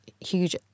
huge